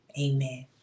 Amen